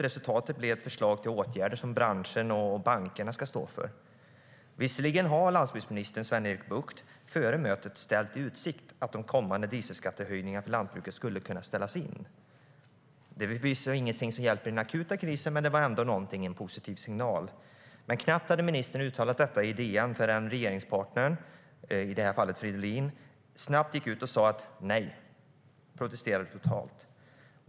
Resultatet blev ett förslag till åtgärder som branschen och bankerna ska stå för. Visserligen hade landsbygdsminister Sven-Erik Bucht före mötet ställt i utsikt att de kommande dieselskattehöjningarna för lantbruket skulle kunna ställas in. Det är förvisso ingenting som hjälper i den akuta krisen, men det var ändå en positiv signal. Men knappt hade ministern uttalat detta i DN förrän regeringspartnern, i det här fallet Fridolin, snabbt gick ut och sa nej. Man protesterade totalt.